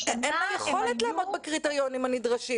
השנה הם היו --- אין לה יכולת לעמוד בקריטריונים הנדרשים.